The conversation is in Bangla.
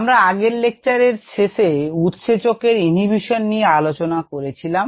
আমরা আগের লেকচারের শেষে উৎসেচকের inhibition নিয়ে আলোচনা করেছিলাম